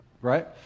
Right